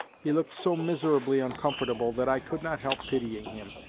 he looked so miserably uncomfortable that i could not help pitying him.